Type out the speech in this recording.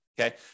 Okay